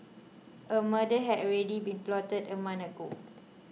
a murder had already been plotted a month ago